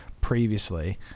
previously